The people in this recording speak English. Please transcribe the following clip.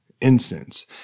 instance